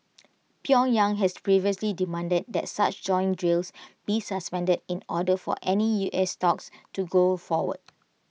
pyongyang has previously demanded that such joint drills be suspended in order for any U S talks to go forward